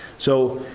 so,